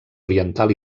oriental